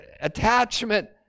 attachment